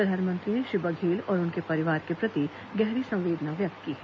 प्रधानमंत्री ने श्री बघेल और उनके परिवार के प्रति गहरी संवेदना व्यक्त की है